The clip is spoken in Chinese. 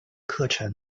课程